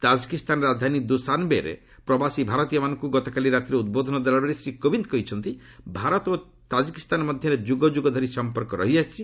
ତାଜ୍କିସ୍ଥାନ ରାଜଧାନୀ ଦୁସାନବେରେ ପ୍ରବାସୀ ଭାରତୀୟ ମାନଙ୍କୁ ଗତକାଲି ରାତିରେ ଉଦ୍ବୋଧନ ଦେଲାବେଳେ ଶ୍ରୀ କୋବିନ୍ଦ କହିଛନ୍ତି ଭାରତ ଓ ତାଜ୍କିସ୍ଥାନ ମଧ୍ୟରେ ଯୁଗ ଯୁଗ ଧରି ସମ୍ପର୍କ ରହିଆସିଛି